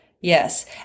yes